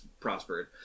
prospered